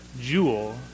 Jewel